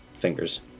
Fingers